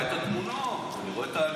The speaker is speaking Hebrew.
אני רואה את התמונות, אני רואה את האלימות.